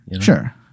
Sure